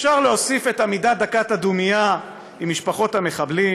אפשר להוסיף את עמידת דקת הדומייה עם משפחות המחבלים,